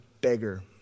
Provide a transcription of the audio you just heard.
beggar